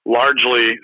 largely